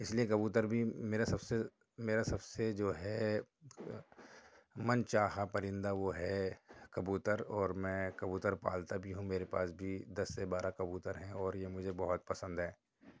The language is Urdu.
اس لیے کبوتر بھی میرا سب سے میرا سب سے جو ہے من چاہا پرندہ وہ ہے کبوتر اور میں کبوتر پالتا بھی ہوں میرے پاس بھی دس سے بارہ کبوتر ہیں اور یہ مجھے بہت پسند ہیں